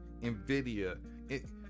Nvidia